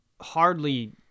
hardly